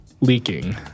Leaking